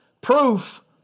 proof